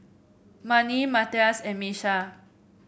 Marni Matias and Miesha